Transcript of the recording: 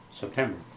September